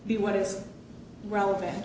be what is relevant